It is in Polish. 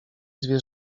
zwie